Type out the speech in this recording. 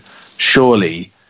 surely